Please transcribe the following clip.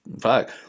Fuck